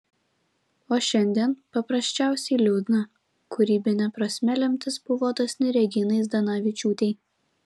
o šiandien paprasčiausiai liūdna kūrybine prasme lemtis buvo dosni reginai zdanavičiūtei